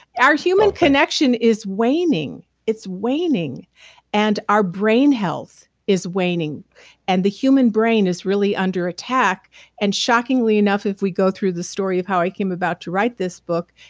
our human connection is waning. it's waning and our brain health is waning and the human brain is really under attack and shockingly enough if we go through the story of how i came about to write this book,